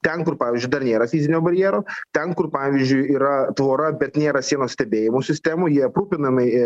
ten kur pavyzdžiui dar nėra fizinio barjero ten kur pavyzdžiui yra tvora bet nėra sienos stebėjimo sistemų jį aprūpinamai